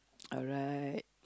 alright